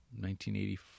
1984